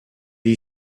you